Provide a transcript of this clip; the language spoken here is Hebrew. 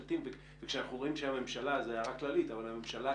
כאשר אנחנו רואים שהממשלה כגוף